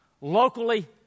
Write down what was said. locally